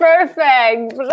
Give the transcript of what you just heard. perfect